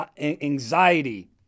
anxiety